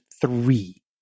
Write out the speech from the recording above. three